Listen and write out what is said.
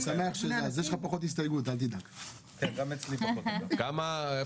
אל תשכחו, יש עסקים שקורסים, יש